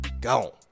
Go